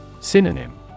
Synonym